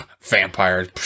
vampires